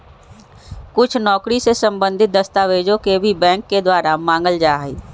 कुछ नौकरी से सम्बन्धित दस्तावेजों के भी बैंक के द्वारा मांगल जा हई